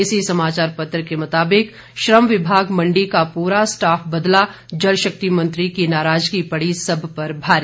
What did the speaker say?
इसी समाचार पत्र के मुताबिक श्रम विभाग मंडी का पूरा स्टाफ बदला जल शक्ति मंत्री की नाराजगी पड़ी सब पर भारी